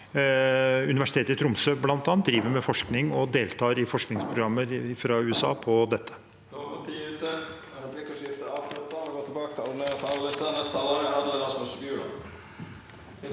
Universitetet i Tromsø med forskning og deltar i forskningsprogrammer fra USA på dette